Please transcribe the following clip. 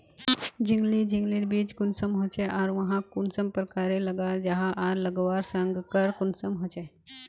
झिंगली झिंग लिर बीज कुंसम होचे आर वाहक कुंसम प्रकारेर लगा जाहा आर लगवार संगकर कुंसम होचे?